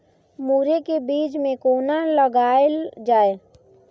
मुरे के बीज कै कोना लगायल जाय?